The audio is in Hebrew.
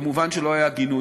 מובן שלא היה גינוי,